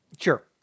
Sure